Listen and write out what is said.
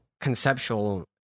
conceptual